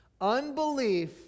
Unbelief